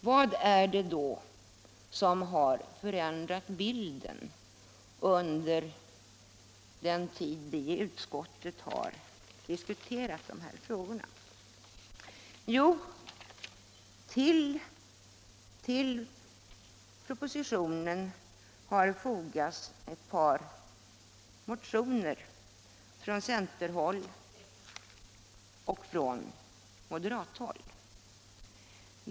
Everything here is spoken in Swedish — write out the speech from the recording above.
Vad är det då som har förändrat bilden under den tid vi i utskottet har diskuterat dessa frågor? Jo, till propositionen har fogats ett par motioner från centeroch moderathåll.